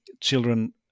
children